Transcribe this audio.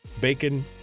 bacon